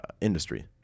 industry